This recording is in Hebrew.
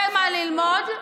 יש לך הרבה מה ללמוד,